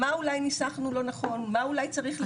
מה אולי ניסחנו לא נכון, מה אולי צריך לדייק.